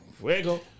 Fuego